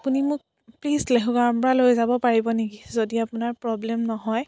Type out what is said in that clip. আপুনি মোক প্লিজ লেহুগাঁৱৰ পৰা লৈ যাব পাৰিব নেকি যদি আপোনাৰ প্ৰব্লেম নহয়